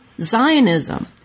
Zionism